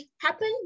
happen